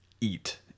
Eat